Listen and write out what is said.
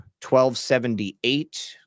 1278